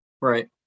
Right